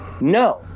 No